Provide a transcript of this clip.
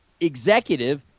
executive